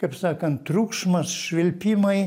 kaip sakant triukšmas švilpimai